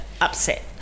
upset